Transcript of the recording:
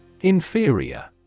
Inferior